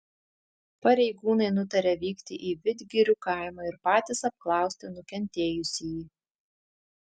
pareigūnai nutarė vykti į vidgirių kaimą ir patys apklausti nukentėjusįjį